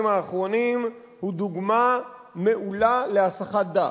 האחרונים הם דוגמה מעולה להסחת דעת.